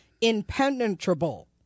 impenetrable